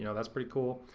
you know that's pretty cool.